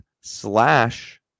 slash